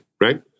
right